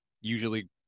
usually